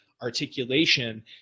articulation